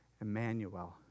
Emmanuel